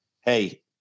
Hey